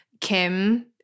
Kim